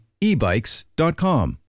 ebikes.com